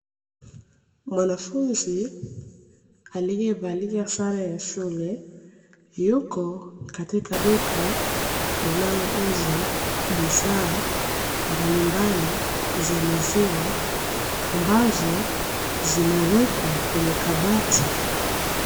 Mwanafunzi aliyevalia sare ya shule yuko katika duka linalouza bidhaa mbalimbali za maziwa ambazo zimewekwa kwenye kabati.